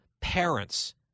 parents